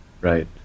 Right